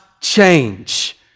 change